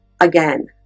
again